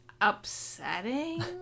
upsetting